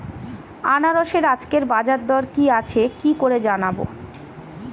আনারসের আজকের বাজার দর কি আছে কি করে জানবো?